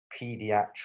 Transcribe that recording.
pediatric